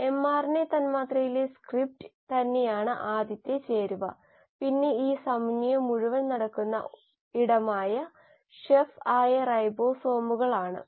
mRNA തന്മാത്രയിലെ script തന്നെയാണ് ആദ്യത്തെ ചേരുവ പിന്നെ ഈ സമന്വയം മുഴുവൻ നടക്കുന്ന ഇടമായ ഷെഫ് ആയ റൈബോസോമുകൾ ആണ്